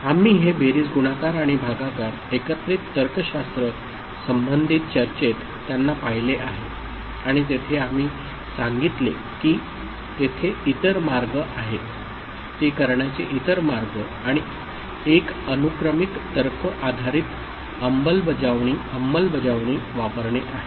आम्ही हे बेरीज गुणाकार आणि भागाकार एकत्रित तर्कशास्त्र संबंधित चर्चेत त्यांना पाहिले आहे आणि तेथे आम्ही सांगितले की तेथे इतर मार्ग आहेत ते करण्याचे इतर मार्ग आणि एक अनुक्रमिक तर्क आधारित अंमलबजावणी वापरणे आहे